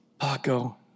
Paco